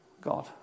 God